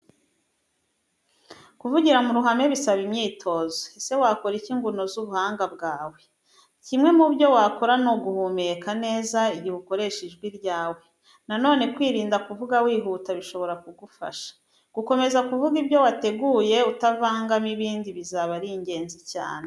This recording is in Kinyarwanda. Kuvugira mu ruhame bisaba imyitozo. Ese wakora iki ngo unoze ubuhanga bwawe? Kimwe mu byo wakora ni uguhumeka neza igihe ukoresha ijwi ryawe. Na none kwirinda kuvuga wihuta bishobora kugufasha. Gukomeza kuvuga ibyo wateguye utavangamo ibindi bizaba ari ingenzi cyane.